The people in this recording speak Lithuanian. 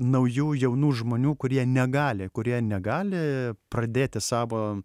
naujų jaunų žmonių kurie negali kurie negali pradėti savo